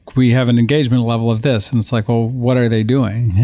we have an engagement level of this and it's like, well what are they doing?